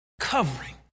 covering